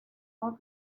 always